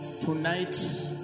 Tonight